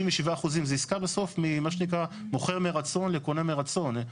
67% זה עסקה בסוף מה שנקרא מוכר מרצון לקונה מרצון.